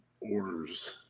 orders